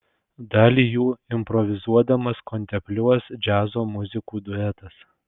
dalį jų improvizuodamas kontempliuos džiazo muzikų duetas